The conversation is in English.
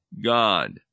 God